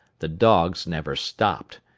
the dogs never stopped.